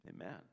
Amen